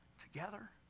together